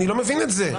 אני לא מבין את זה.